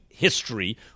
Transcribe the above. history